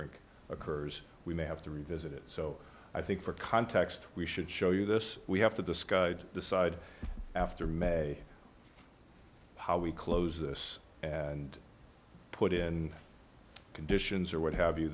rink occurs we may have to revisit it so i think for context we should show you this we have to discuss the side after may how we close this and put in conditions or what have you